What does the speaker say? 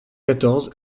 quatorze